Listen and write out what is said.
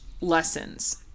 lessons